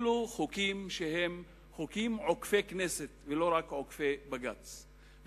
אלו חוקים שהם חוקים עוקפי כנסת ולא רק עוקפי בג"ץ.